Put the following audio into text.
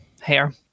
hair